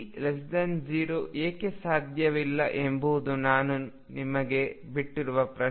E0 ಏಕೆ ಸಾಧ್ಯವಿಲ್ಲ ಎಂಬುದು ನಾನು ನಿಮ್ಮನ್ನು ಬಿಟ್ಟುಬಿಡುವ ಪ್ರಶ್ನೆ